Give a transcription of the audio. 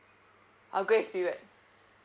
ah grace period